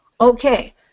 Okay